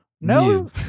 No